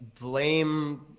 blame